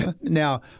Now